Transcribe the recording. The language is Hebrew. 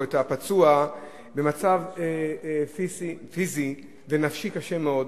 את הפצוע במצב פיזי ונפשי קשה מאוד.